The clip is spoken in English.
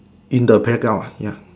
in the background ya